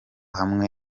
hamwe